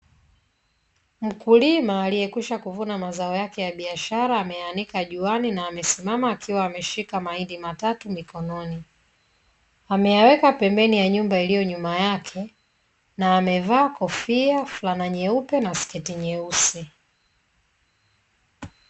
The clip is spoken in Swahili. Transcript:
Mkulima aliyekwishakuvuna mazao yake ya biashara, ameyaanika juani na amesimama akiwa ameshika mahindi matatu mikononi, ameyaweka pembeni ya nyumba iliyo nyuma yake na wamevaa kofia, fulana nyeupe na sketi nyeusi.